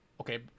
Okay